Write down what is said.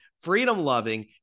freedom-loving